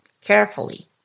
carefully